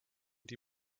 die